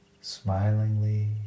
smilingly